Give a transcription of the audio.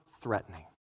threatening